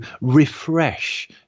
refresh